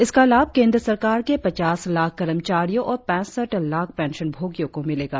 इसका लाभ केंद्र सरकार के पचास लाख कर्मचारियों और पैसठ लाख पेंशन भोगियों को मिलेगा